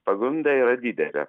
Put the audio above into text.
pagunda yra didelė